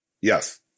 Yes